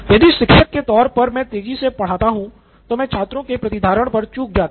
यदि शिक्षक के तौर पर मैं तेजी से पढ़ाता हूं तो मैं छात्रों के प्रतिधारण पर चूक जाता हूँ